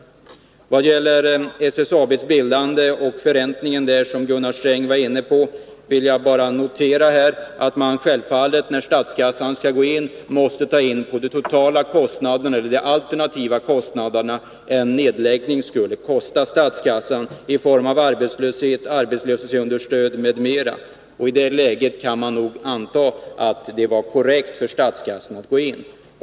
I vad gäller SSAB:s bildande och förräntning, som Gunnar Sträng var inne på, vill jag bara notera att man, när statskassan skall gå in, självfallet måste beakta de totala kostnaderna och de alternativa kostnaderna för vad en nedläggning skulle kosta statskassan i form av arbetslöshet, arbetslöshetsunderstöd m.m. I det läget kan man nog anta att det var en korrekt att statskassan gick in.